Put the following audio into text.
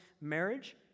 marriage